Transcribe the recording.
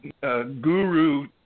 guru